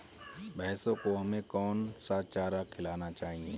भैंसों को हमें कौन सा चारा खिलाना चाहिए?